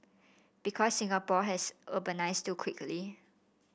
because Singapore has urbanised too quickly